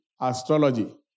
astrology